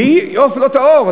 והיא עוף לא טהור.